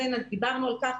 דיברנו על כך